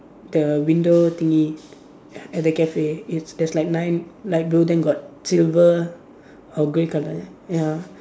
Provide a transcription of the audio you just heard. the window thingy at the cafe is there's like nine light blue then got silver or grey colour ya